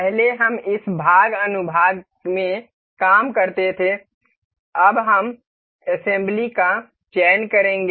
पहले हम इस भाग अनुभाग में काम करते थे अब हम असेंबली का चयन करेंगे